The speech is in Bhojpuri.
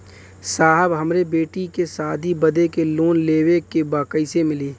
साहब हमरे बेटी के शादी बदे के लोन लेवे के बा कइसे मिलि?